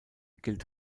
gilt